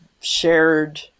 shared